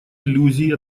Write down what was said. иллюзий